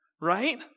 right